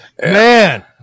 Man